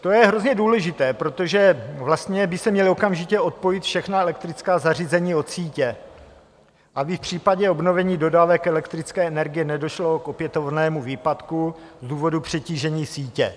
To je hrozně důležité, protože vlastně by se měla okamžitě odpojit všechna elektrická zařízení od sítě, aby v případě obnovení dodávek elektrické energie nedošlo k opětovnému výpadku z důvodu přetížení sítě.